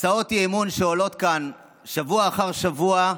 הצעות האי-אמון שעולות כאן שבוע אחר שבוע,